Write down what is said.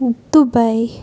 Dubai